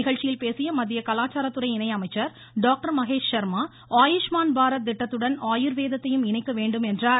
நிகழ்ச்சியில் பேசிய மத்திய கலாச்சாரத்துறை இணை அமைச்சர் டாக்டர் மகேஷ் சர்மா ஆயுஷ்மான் பாரத் திட்டத்துடன் ஆயுர்வேதத்தையும் இணைக்க வேண்டும் என்றார்